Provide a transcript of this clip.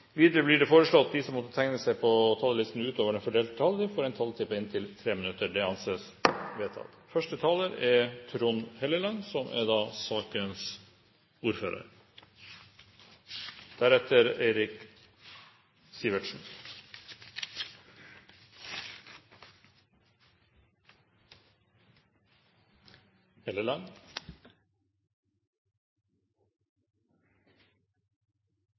Videre blir det foreslått at de som måtte tegne seg på talerlisten utover den fordelte taletid, får en taletid på inntil 3 minutter. – Det anses vedtatt. I denne saken, som er